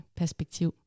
perspektiv